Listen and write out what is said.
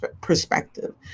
perspective